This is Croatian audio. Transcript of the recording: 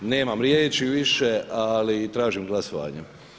Nemam riječi više, ali tražim glasovanje.